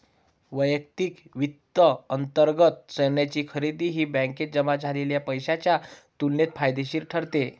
वैयक्तिक वित्तांतर्गत सोन्याची खरेदी ही बँकेत जमा झालेल्या पैशाच्या तुलनेत फायदेशीर ठरते